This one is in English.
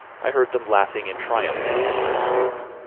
i heard them laughing in triumph at their escape.